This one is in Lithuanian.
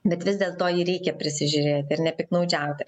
bet vis dėlto jį reikia prisižiūrėti ir nepiktnaudžiauti